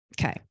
okay